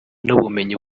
n’ubumenyi